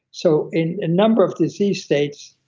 so in a number of disease states,